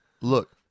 Look